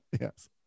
Yes